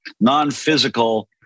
non-physical